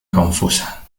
confusa